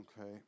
okay